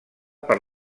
per